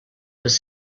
was